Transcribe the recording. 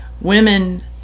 Women